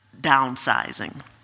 downsizing